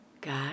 God